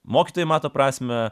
mokytojai mato prasmę